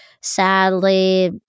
sadly